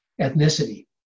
ethnicity